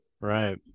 Right